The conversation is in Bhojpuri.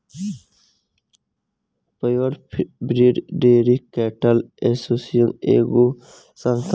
pure breed dairy cattle association एगो संस्था ह